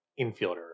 infielder